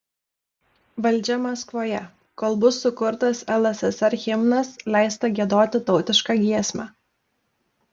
valdžia maskvoje kol bus sukurtas lssr himnas leista giedoti tautišką giesmę